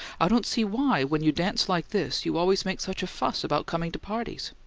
i don't see why, when you dance like this, you always make such a fuss about coming to parties.